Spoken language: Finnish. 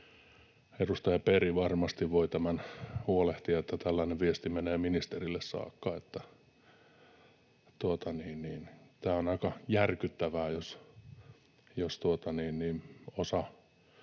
Edustaja Berg varmasti voi huolehtia, että tällainen viesti menee ministerille saakka, että tämä on aika järkyttävää, jos osa